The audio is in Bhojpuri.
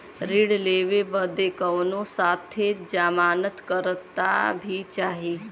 ऋण लेवे बदे कउनो साथे जमानत करता भी चहिए?